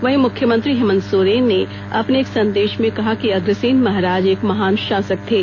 वहीं मुख्यमंत्री हेमंत सोरेन ने अपने एक सन्देश में कहा कि अग्रसेन महाराज एक महान शासक थे